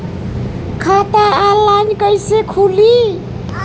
खाता ऑनलाइन कइसे खुली?